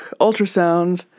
ultrasound